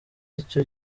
icyo